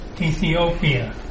Ethiopia